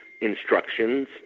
instructions